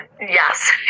yes